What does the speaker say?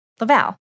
Laval